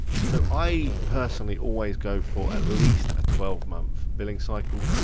so i, personally, always go for at least a twelve month billing cycle,